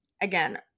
again